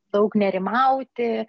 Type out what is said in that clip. daug nerimauti